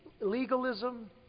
legalism